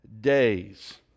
days